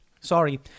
Sorry